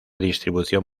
distribución